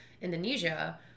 Indonesia